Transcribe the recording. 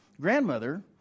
Grandmother